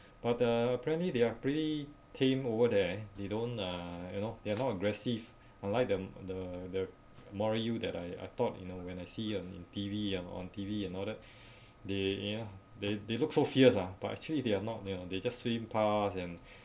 but uh apparently they are pretty tame over there they don't uh you know they're not aggressive unlike the the the moral eel that I I thought you know when I see on T_V you um on T_V and all that's they you know they they look so fierce ah but actually they are not you know they just swim pass and